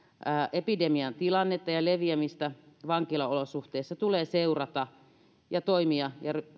epidemian tilannetta ja leviämistä vankilaolosuhteissa tulee seurata ja toimia ja